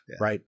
right